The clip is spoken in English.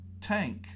tank